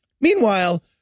Meanwhile